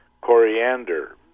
coriander